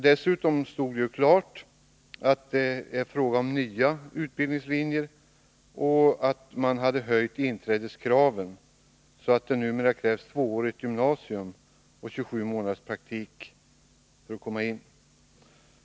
Dessutom står det klart att det är fråga om nya utbildningslinjer och att man hade höjt inträdeskraven, så att det numera krävs tvåårigt gymnasium och 27 månaders praktik.